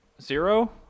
zero